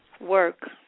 work